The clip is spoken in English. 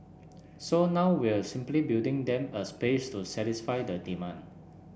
so now we're simply building them a space to satisfy the demand